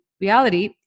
reality